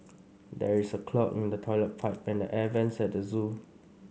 there is a clog in the toilet pipe and the air vents at the zoo